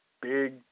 big